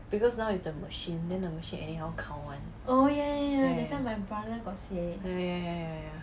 because now is the machine then the machine anyhow count [one] ya ya ya ya ya ya ya